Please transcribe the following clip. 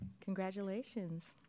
Congratulations